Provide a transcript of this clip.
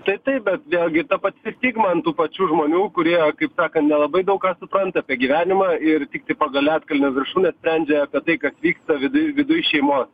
tai taip bet vėlgi ta pati stigma ant tų pačių žmonių kurie kaip sakant nelabai daug ką supranta apie gyvenimą ir tiktai pagal ledkalnio viršūnę sprendžia apie tai kas vyksta viduj viduj šeimos